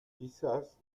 quizás